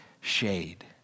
shade